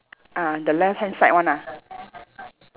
ah the left hand side one ah